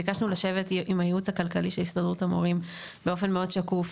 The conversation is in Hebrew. ביקשנו לשבת עם הייעוץ הכלכלי של הסתדרות המורים באופן מאוד שקוף,